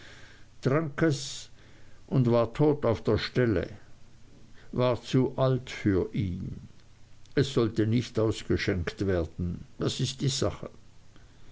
es und war tot auf der stelle war zu alt für ihn es sollte nicht ausgeschenkt werden das ist die sache